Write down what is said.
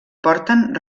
porten